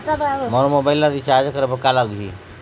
मोर mobile ला recharge करे बर का लगही?